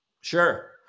Sure